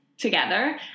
together